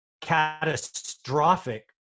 catastrophic